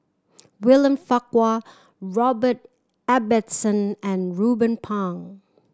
William Farquhar Robert Ibbetson and Ruben Pang